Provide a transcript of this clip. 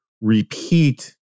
repeat